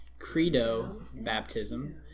credo-baptism